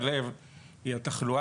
הקרדיולוגים הישראלי היא כן לעשות פיילוט?